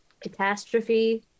catastrophe